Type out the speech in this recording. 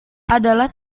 adalah